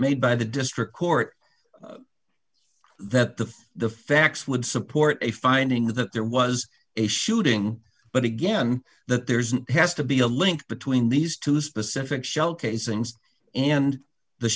made by the district court that the the facts would support a finding that there was a shooting but again that there isn't has to be a link between these two specific shell casings and the